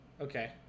Okay